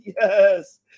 yes